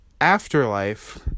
afterlife